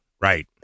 Right